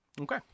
Okay